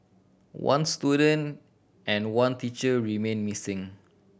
one student and one teacher remain missing